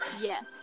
yes